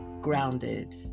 Grounded